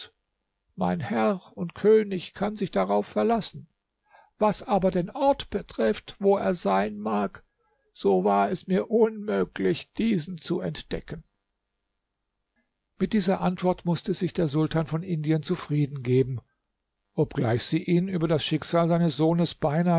mein herr und könig kann sich darauf verlassen was aber den ort betrifft wo er sein mag so war es mir unmöglich diesen zu entdecken mit dieser antwort mußte sich der sultan von indien zufrieden geben obgleich sie ihn über das schicksal seines sohnes beinahe